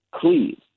Please